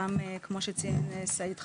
גם כמו שציין סעיד חדאד,